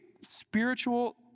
spiritual